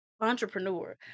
entrepreneur